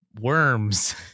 worms